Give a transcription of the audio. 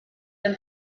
them